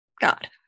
God